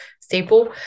staple